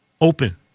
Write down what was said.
open